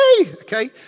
okay